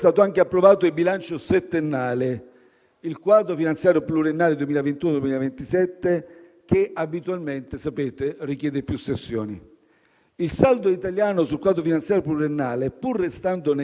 Il saldo italiano sul quadro finanziario pluriennale, pur restando negativo, migliora rispetto a quello attuale, 2014-2020, passando da meno 0,24